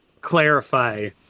clarify